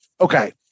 Okay